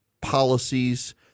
policies